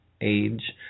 age